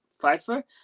Pfeiffer